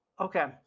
Okay